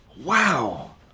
wow